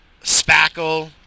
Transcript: Spackle